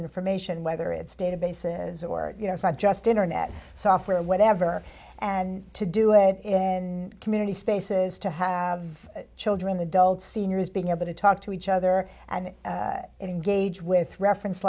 information whether it's databases or you know it's not just internet software or whatever and to do it in community spaces to have children adults seniors being able to talk to each other and engage with reference